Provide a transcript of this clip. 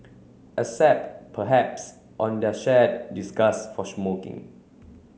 except perhaps on their shared disgust for smoking